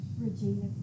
Regina